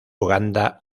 uganda